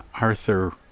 Arthur